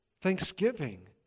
Thanksgiving